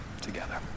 together